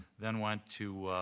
then went to,